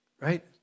Right